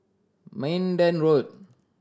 Minden Road